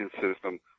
system